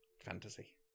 fantasy